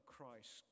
Christ